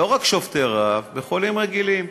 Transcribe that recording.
לא רק שובתי רעב, בחולים רגילים.